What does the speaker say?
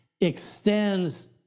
extends